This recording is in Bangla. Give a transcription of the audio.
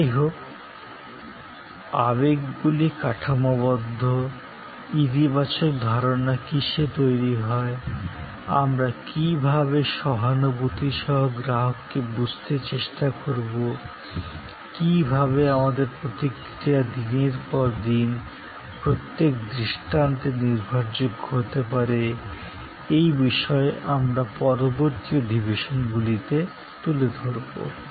যাইহোক আবেগগুলি কাঠামোবদ্ধ ইতিবাচক ধারণা কিসে তৈরি হয় আমরা কী ভাবে সহানুভূতি সহ গ্রাহককে বুঝতে চেষ্টা করব কী ভাবে আমাদের প্রতিক্রিয়া দিনের পর দিন প্রত্যেক দৃষ্টান্তে নির্ভরযোগ্য হতে পারে এই বিষয় আমরা পরবর্তী সেশন গুলিতে তুলে ধরবো